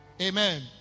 Amen